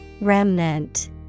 Remnant